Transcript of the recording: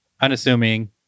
unassuming